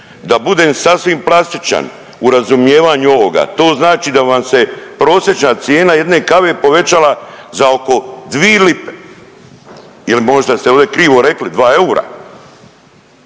Da budem sasvim plastičan u razumijevanju ovoga, to znači da vam se prosječna cijena jedne kave povećala za oko 2 lipe ili možda ste ovdje krivo rekli 2 eura.